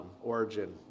origin